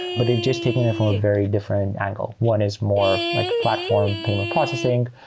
but they've just taken it from a very different angle. one is more like platform payment processing.